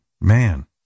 man